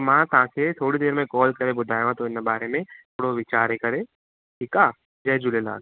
त मां तव्हांखे थोरी देरि में कॉल करे ॿुधायां थो हिन बारे में थोरो वीचारे करे ठीकु आहे जय झूलेलाल